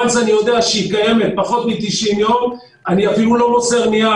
once אני יודע שהיא קיימת פחות מ-90 יום אני אפילו לא מוסר נייר,